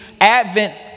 Advent